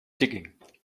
digging